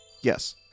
Yes